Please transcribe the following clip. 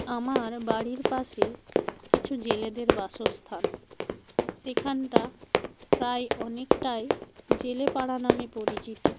আমার বাড়ির পাশে কিছু জেলেদের বাসস্থান সেখানটা প্রায় অনেকটাই জেলে পাড়া নামে পরিচিত